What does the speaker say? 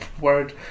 word